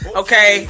okay